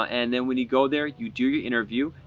and then when you go there you do your interview,